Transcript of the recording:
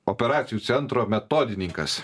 operacijų centro metodininkas